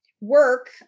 work